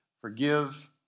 Forgive